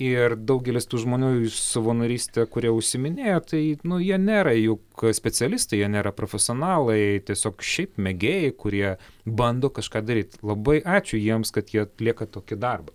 ir daugelis tų žmonių savanoryste kuria užsiiminėja tai nu jie nėra juk specialistai jie nėra profesionalai tiesiog šiaip mėgėjai kurie bando kažką daryti labai ačiū jiems kad jie atlieka tokį darbą